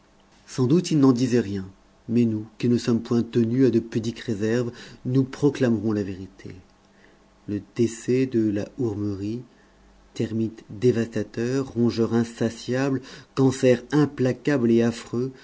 sans doute il n'en disait rien mais nous qui ne sommes point tenus à de pudiques réserves nous proclamerons la vérité le décès de la hourmerie termite dévastateur rongeur insatiable cancer implacable et affreux